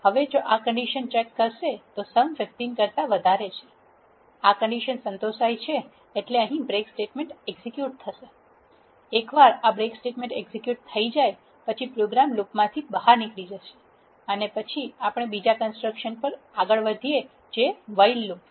હવે જો આ કન્ડીશન ચેક થશે તો સમ 15 કરતા વધારે છે આ કન્ડીશન સંતોષાય છે અને બ્રેક સ્ટેટમેંટ એક્ઝેક્યુટ થાય છે એકવાર આ બ્રેક સ્ટેટમેંટ એક્ઝેક્યુટ થઈ જાય પછી પ્રોગ્રામ લૂપમાંથી બહાર નીકળી જશે અને પછી આપણે બીજા કન્સ્ટ્રક્શન પર આગળ વધીએ જે વાઇલ લૂપ છે